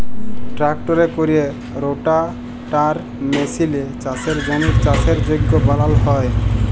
ট্রাক্টরে ক্যরে রোটাটার মেসিলে চাষের জমির চাষের যগ্য বালাল হ্যয়